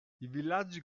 villaggi